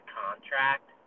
contract